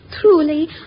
Truly